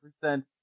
percent